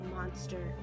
Monster